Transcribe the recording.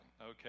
okay